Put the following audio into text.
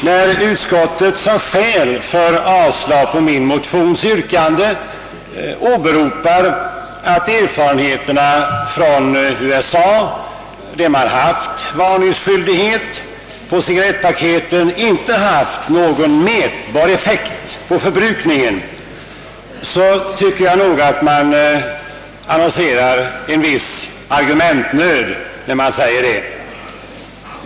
När utskottet som skäl för sitt yrkande om avslag på min motion åberopar att erfarenheterna från USA, där man haft varningsskyldighet, visar att varningarna inte har någon mätbar effekt på förbrukningen, så tycker jag nog att man annonserar en viss argumentnöd.